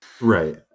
Right